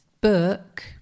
book